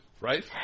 right